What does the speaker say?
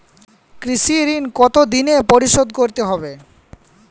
কৃষি ঋণ কতোদিনে পরিশোধ করতে হবে?